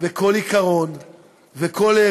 וכל עיקרון וכל ערך.